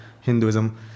Hinduism